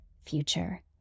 future